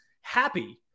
happy